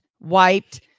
wiped